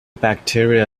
bacteria